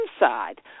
inside